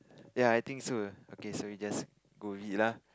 ya I think so okay so we just go with it lah